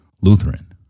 Lutheran